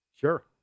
Sure